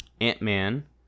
Ant-Man